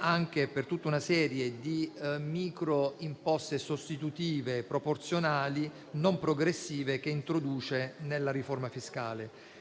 anche per tutta una serie di micro imposte sostitutive proporzionali, non progressive, che introduce nella riforma fiscale.